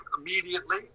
immediately